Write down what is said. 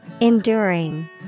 Enduring